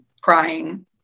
crying